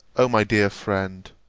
o my dear friend,